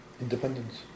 Independence